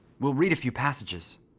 we'll read a few passages.